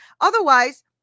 otherwise